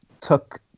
took